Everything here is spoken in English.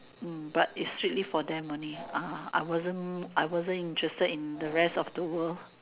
but it's strictly for them only I wasn't I wasn't interested in the rest of the world